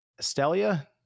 Estelia